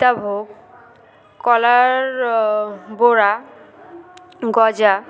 সীতাভোগ কলার বড়া গজা